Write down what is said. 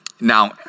Now